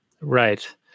Right